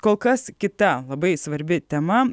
kol kas kita labai svarbi tema